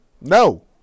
No